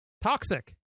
toxic